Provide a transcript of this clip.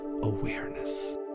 awareness